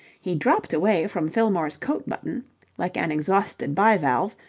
he dropped away from fillmore's coat-button like an exhausted bivalve,